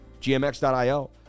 Gmx.io